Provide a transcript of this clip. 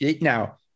now